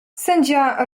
sędzia